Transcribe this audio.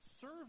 Serve